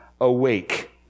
awake